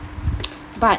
but